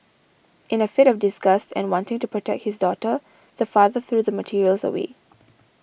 in a fit of disgust and wanting to protect his daughter the father threw the materials away